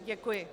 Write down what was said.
Děkuji.